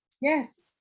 Yes